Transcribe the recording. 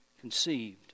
conceived